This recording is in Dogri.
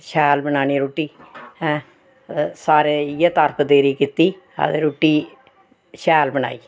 हार्ट जेहकी स्हाड़े दिले दी धड़कन एह् बी नापी सकदे न इनें इनें यंत्रें इनें जेहकी घड़ियां न इंदी वजह नै